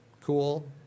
cool